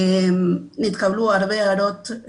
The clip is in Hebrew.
נתקבלו הרבה הערות.